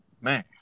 Man